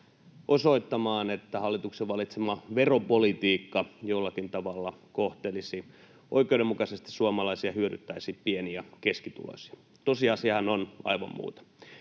osoittamaan, että hallituksen valitsema veropolitiikka jollakin tavalla kohtelisi oikeudenmukaisesti suomalaisia ja hyödyttäisi pieni- ja keskituloisia. Tosiasiahan on aivan muuta.